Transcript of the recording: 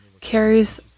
carries